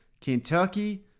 Kentucky